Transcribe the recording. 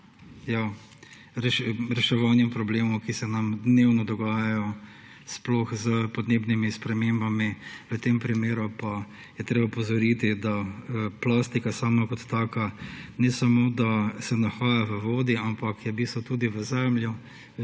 reševanju problemov, ki se nam dnevno dogajajo, sploh s podnebnimi spremembami. V tem primeru pa je treba opozoriti, da plastika sama kot taka ne samo da se nahaja v vodi, ampak je v bistvu tudi v zemlji,